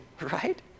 right